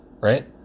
right